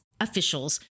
officials